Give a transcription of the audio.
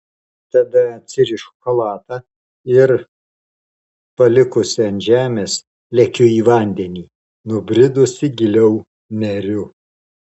tada atsirišu chalatą ir palikusi ant žemės lekiu į vandenį nubridusi giliau neriu